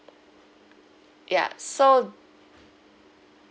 ya so